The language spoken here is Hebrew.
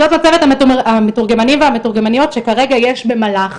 זאת מצגת המתורגמנים והמתורגמניות שכרגע יש במל"ח.